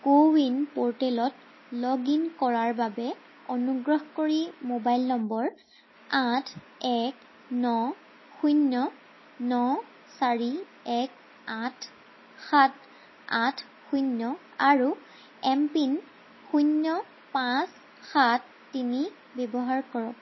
কো win প'ৰ্টেলত log in কৰাৰ বাবে অনুগ্ৰহ কৰি মোবাইল নম্বৰ আঠ এক ন শূন্য ন চাৰি এক আঠ সাত আঠ শূন্য আৰু এমপিন শূন্য পাঁচ সাত তিনি ব্যৱহাৰ কৰক